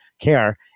care